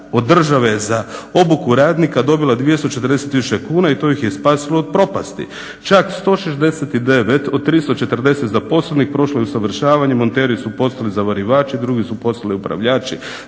od države za obuku radnika dobila je 240 000 kuna i to ih je spasilo od propasti. Čak 169 od 340 zaposlenih prošlo je usavršavanje, monteri su postali zavarivači, drugi su postali upravljači